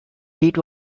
feet